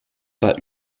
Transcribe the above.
pas